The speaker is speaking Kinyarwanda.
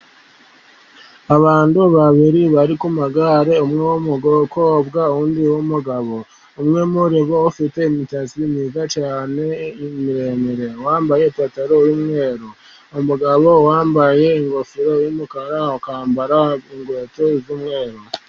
Abantu babiri bari ku magare, umwe w'umukobwa undi w'umugabo, umwe muri bo ufite imitsitsi myiza cyane miremire, yambaye ipataro y'umweru umugabo wambaye ingofero y'umukara, akambara n'inkweto z'umweru.